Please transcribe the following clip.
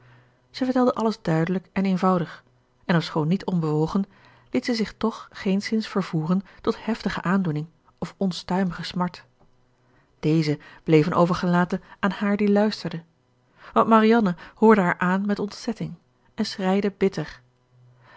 zij vertelde alles duidelijk en eenvoudig en ofschoon niet onbewogen liet zij zich toch geenszins vervoeren tot heftige aandoening of onstuimige smart deze bleven overgelaten aan haar die luisterde want marianne hoorde haar aan met ontzetting en schreide bitter